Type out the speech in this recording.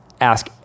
ask